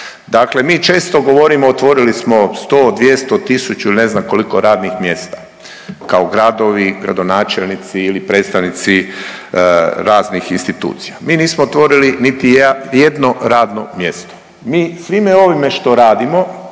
Dakle mi često govorimo otvorili smo 100, 200, 1000 ili ne znam koliko radnih mjesta kao gradovi, gradonačelnici ili predstavnici raznih institucija. Mi nismo otvorili niti jedno radno mjesto, mi svime ovime što radimo